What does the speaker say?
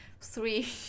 three